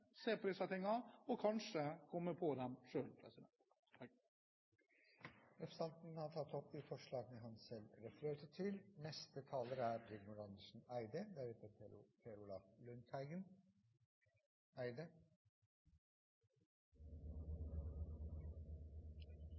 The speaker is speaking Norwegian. se på disse tingene – og kanskje komme på dem selv. Representanten Harald T. Nesvik har tatt opp de forslagene han refererte til.